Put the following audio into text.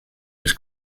was